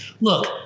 Look